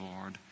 Lord